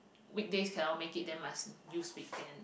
weekdays cannot make it then must use weekend